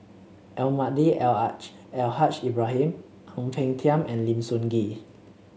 Almahdi Al Al Haj Ibrahim Ang Peng Tiam and Lim Sun Gee